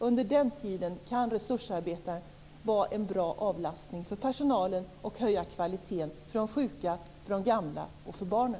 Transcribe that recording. Under den tiden kan resursarbetare vara en bra avlastning för personalen och kan höja kvaliteten för de sjuka, för de gamla och för barnen.